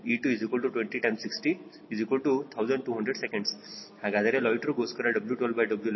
𝐸2 20 ∗ 60 1200𝑠 ಹಾಗಾದರೆ ಲೊಯ್ಟ್ಟೆರ್ ಗೋಸ್ಕರ W12W11e ECLDmax ಅಂದರೆ W12W11e 12000